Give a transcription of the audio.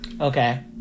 Okay